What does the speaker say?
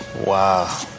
Wow